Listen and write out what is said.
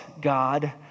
God